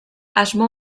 asmo